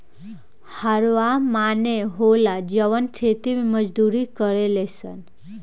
हरवाह माने होला जवन खेती मे मजदूरी करेले सन